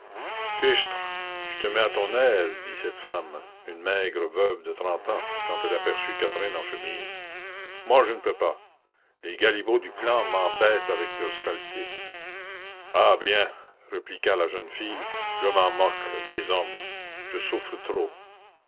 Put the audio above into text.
fichtre tu te mets à ton aise dit cette femme une maigre veuve de trente ans quand elle aperçut catherine en chemise moi je ne peux pas les galibots du plan m'embêtent avec leurs saletés ah bien répliqua la jeune fille je m'en moque des hommes je souffre trop